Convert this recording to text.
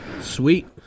Sweet